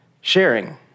sharing